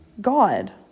God